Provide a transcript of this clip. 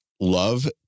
love